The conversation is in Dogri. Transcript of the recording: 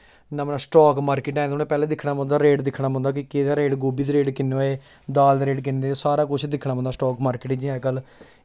नमां स्टॉक मार्केट ऐ उ'नें पैह्लें दिक्खनां पौंदा रेट दिक्खनां पौंदा कि केह्दा रेट गोभी दी रेट कि'न्ना ऐ दाल दा रेट कि'न्ना ऐ सारा कुछ दिक्खनां पौंदा स्टॉक मार्केट जि'यां अज्ज कल